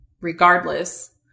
regardless